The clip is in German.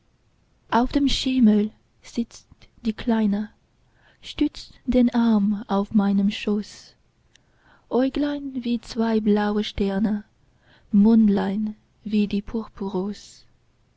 auf dem schemel sitzt die kleine stützt den arm auf meinen schoß äuglein wie zwei blaue sterne mündlein wie die